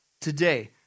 today